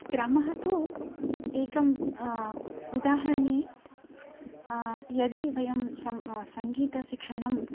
क्रमः तु एकम् उदाहरणे यदि वयं सः सङ्गीतशिक्षणं